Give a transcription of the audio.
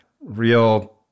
real